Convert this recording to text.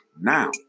now